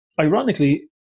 ironically